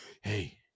hey